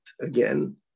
again